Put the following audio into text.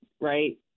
right